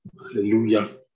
Hallelujah